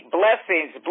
blessings